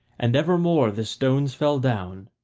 and evermore the stones fell down,